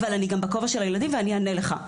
אבל אני גם בכובע של הילדים ואני אענה לך.